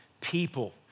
people